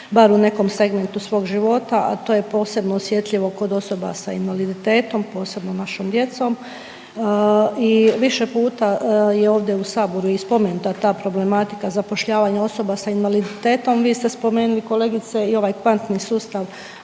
bar u nekom segmentu svog života, a to je posebno osjetljivo kod osoba sa invaliditetom, posebno našom djecom i više puta je ovdje u saboru i spomenuta ta problematika zapošljavanja osoba sa invaliditetom. Vi ste spomenuli kolegice i ovaj pantni sustav